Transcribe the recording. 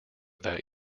that